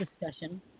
discussion